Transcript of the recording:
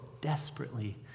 desperately